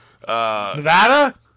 Nevada